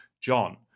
John